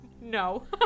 No